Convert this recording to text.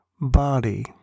body